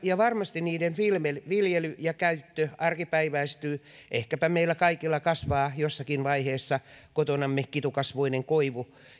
ja varmasti sen viljely ja käyttö arkipäiväistyy ehkäpä meillä kaikilla kasvaa jossakin vaiheessa kotonamme kitukasvuinen koivu